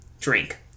drink